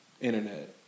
internet